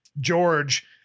George